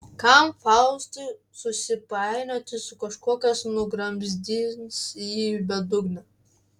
kam faustui susipainioti su kažkuo kas nugramzdins jį į bedugnę